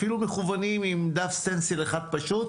אפילו מכוונים עם דף סטנסיל אחד פשוט,